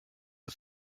are